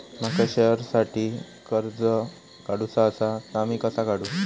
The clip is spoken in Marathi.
माका शेअरसाठी कर्ज काढूचा असा ता मी कसा काढू?